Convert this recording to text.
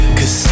Cause